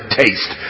taste